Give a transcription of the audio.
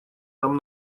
нам